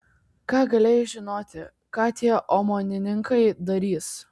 ką galėjai žinoti ką tie omonininkai darys